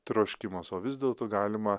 troškimas o vis dėlto galima